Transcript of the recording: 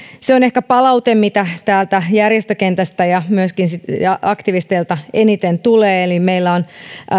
palaute mitä täältä järjestökentästä ja aktivisteilta ehkä eniten tulee on että meillä on